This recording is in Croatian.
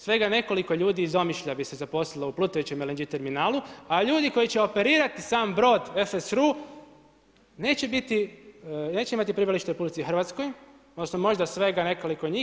Svega nekoliko ljudi iz Omišlja bi se zaposlilo u plutajućem LNG terminalu, a ljudi koji će operirati sam brod FSR neće imati prebivalište u RH odnosno možda svega nekoliko njih.